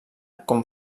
com